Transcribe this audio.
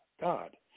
God